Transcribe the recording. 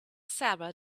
sara